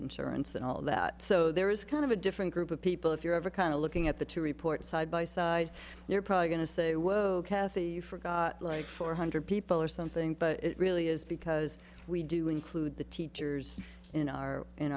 insurance and all that so there is kind of a different group of people if you have a kind of looking at the two reports side by side you're probably going to say kathy forgot like four hundred people or something but it really is because we do include the teachers in our in